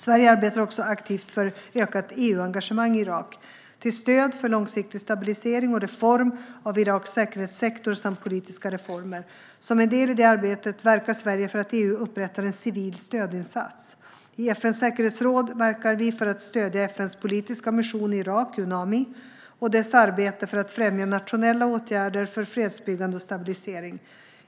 Sverige arbetar också aktivt för ökat EU-engagemang i Irak till stöd för långsiktig stabilisering och reformering av Iraks säkerhetssektor samt för politiska reformer. Som en del i detta arbete verkar Sverige för att EU upprättar en civil stödinsats. I FN:s säkerhetsråd verkar Sverige för att stödja FN:s politiska mission i Irak, Unami, och dess arbete för att främja nationella åtgärder för fredsbyggande och stabilisering.